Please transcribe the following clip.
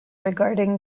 regarding